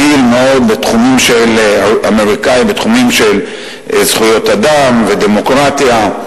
פעיל מאוד בתחומים של זכויות אדם ודמוקרטיה.